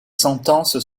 sentences